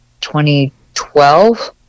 2012